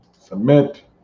Submit